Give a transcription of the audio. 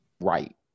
right